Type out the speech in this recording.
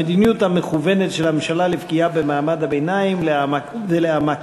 המדיניות המכוונת של הממשלה לפגיעה במעמד הביניים ולהעמקת